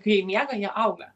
kai jie miega jie auga